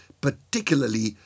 particularly